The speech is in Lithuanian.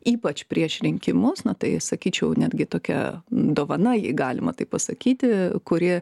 ypač prieš rinkimus na tai sakyčiau netgi tokia dovana jei galima taip pasakyti kuri